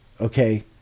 Okay